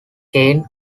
gained